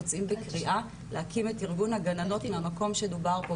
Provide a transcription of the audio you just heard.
יוצאים בקריאה להקים את ארגון הגננות מהמקום שדובר פה.